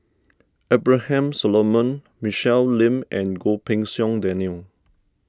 Abraham Solomon Michelle Lim and Goh Pei Siong Daniel